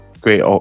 Great